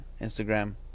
Instagram